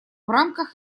рамках